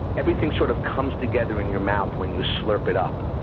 everything sort of comes together in your mouth when you slurp it up,